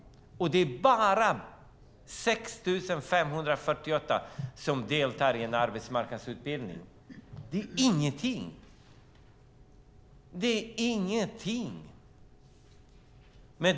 Bara 6 548 deltar i en arbetsmarknadsutbildning. Det är ingenting.